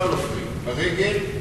לא על אופנועים, ברגל,